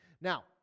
Now